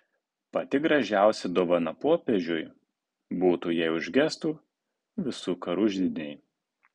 pati gražiausia dovana popiežiui būtų jei užgestų visų karų židiniai